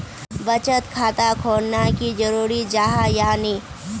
बचत खाता खोलना की जरूरी जाहा या नी?